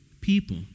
people